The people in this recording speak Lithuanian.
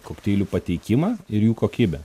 kokteilių pateikimą ir jų kokybę